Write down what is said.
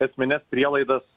esmines prielaidas